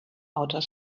outer